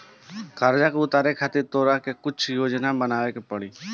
कर्जा के उतारे खातिर तोरा के कुछ योजना बनाबे के पड़ी